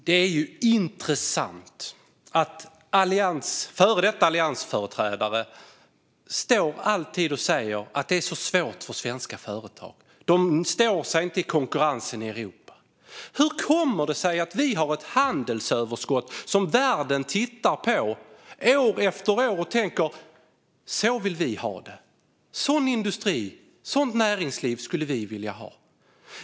Fru talman! Det är intressant att före detta alliansföreträdare alltid säger att det är så svårt för svenska företag. De står sig inte i konkurrensen i Europa. Hur kommer det sig att vi har ett handelsöverskott som världen tittar på, år efter år, och tänker "så vill vi ha det"? Sådan industri, sådant näringsliv, skulle vi vilja ha.